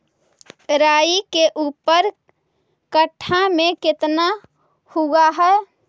राई के ऊपर कट्ठा में कितना हुआ है?